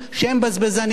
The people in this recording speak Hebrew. שהם בזבזניים,